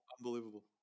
unbelievable